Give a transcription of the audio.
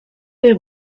des